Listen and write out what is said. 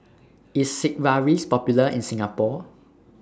IS Sigvaris Popular in Singapore